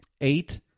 Eight